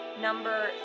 number